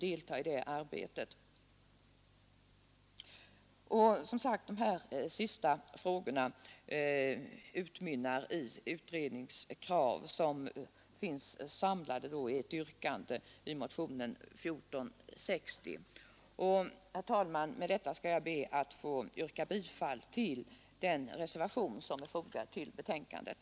Vi anhåller i reservationen om en utredning. Herr talman! Med detta ber jag att få yrka bifall den reservation som är fogad till betänkandet.